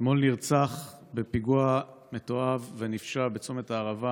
אתמול נרצח בפיגוע מתועב ונפשע בצומת הערבה